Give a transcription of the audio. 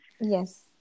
Yes